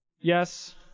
Yes